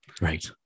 Right